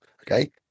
Okay